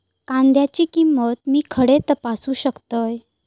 कांद्याची किंमत मी खडे तपासू शकतय?